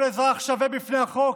כל אזרח שווה בפני החוק,